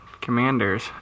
Commanders